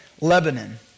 Lebanon